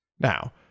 Now